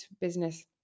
business